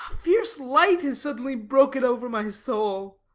fierce light has suddenly broken over my soul